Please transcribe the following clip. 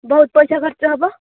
ବହୁତ ପଇସା ଖର୍ଚ୍ଚ ହେବ